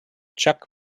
chuck